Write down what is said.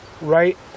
right